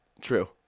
True